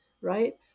right